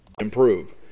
Improve